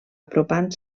apropant